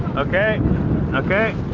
okay okay